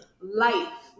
life